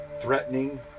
threatening